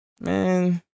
Man